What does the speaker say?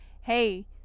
hey